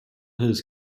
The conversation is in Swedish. hus